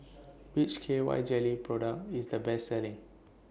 Which K Y Jelly Product IS The Best Selling